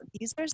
users